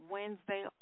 Wednesday